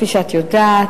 כפי שאת יודעת,